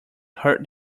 hurt